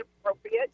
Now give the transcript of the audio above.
appropriate